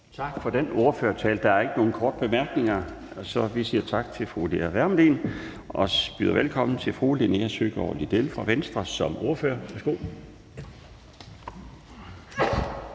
Tak for ordførertalen. Der er ikke nogen korte bemærkninger. Så vi siger tak til fru Lea Wermelin og byder velkommen til fru Linea Søgaard-Lidell som ordfører